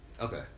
okay